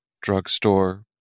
drugstore